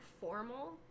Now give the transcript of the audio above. formal